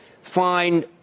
find